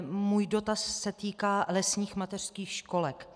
Můj dotaz se týká lesních mateřských školek.